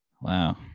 wow